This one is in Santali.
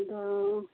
ᱩᱧᱫᱚ